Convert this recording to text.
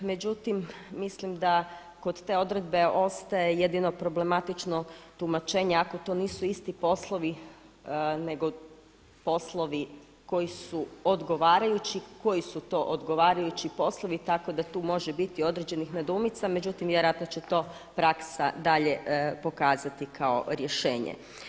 Međutim, mislim da kod te odredbe ostaje jedino problematično tumačenje ako to nisu isti poslovi nego poslovi koji su odgovarajući, koji su to odgovarajući poslovi tako da tu može biti određenih nedoumica, međutim vjerojatno će to praksa dalje pokazati kao rješenje.